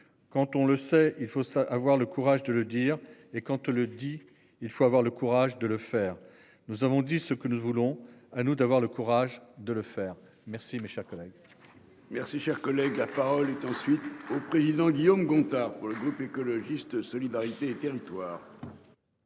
quand on le sait, il faut avoir le courage de le dire et quand tu le dis, il faut avoir le courage de le faire, nous avons dit ce que nous voulons, à nous d'avoir le courage de le faire. Merci. Mes chers collègues. Merci, cher collègue, la parole est ensuite au président Guillaume Gontard, pour le groupe écologiste solidarité et territoires.